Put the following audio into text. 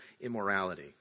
immorality